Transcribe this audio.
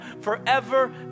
forever